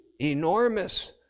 enormous